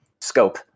scope